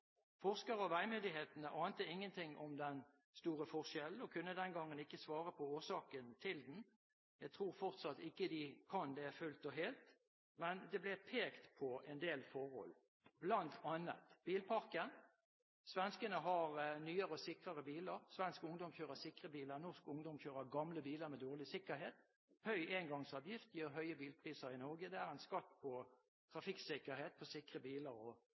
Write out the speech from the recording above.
Forskere og veimyndighetene ante ingenting om den store forskjellen og kunne den gangen ikke svare på årsaken til den. Jeg tror fortsatt ikke de kan det fullt og helt, men det ble pekt på en del forhold, bl.a. på bilparken. Svenskene har nyere og sikrere biler. Svensk ungdom kjører sikre biler, norsk ungdom kjører gamle biler med dårlig sikkerhet. Høy engangsavgift gir høye bilpriser i Norge. Det er en skatt på trafikksikkerhet, på sikre biler,